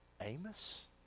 Amos